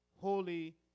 holy